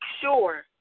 sure